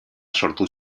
sortu